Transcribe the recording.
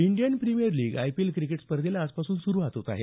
Indian premier league IPL cricket स्पर्धेला आजपासून सुरवात होत आहे